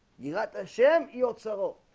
you got the sham yoke solo